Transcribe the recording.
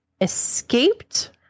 escaped